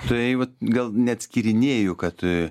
tai vat gal neatskyrinėju kad a